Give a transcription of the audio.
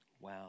Wow